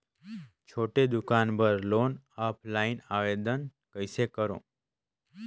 छोटे दुकान बर लोन ऑफलाइन आवेदन कइसे करो?